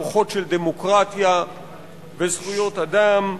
רוחות של דמוקרטיה וזכויות אדם.